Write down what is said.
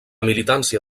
militància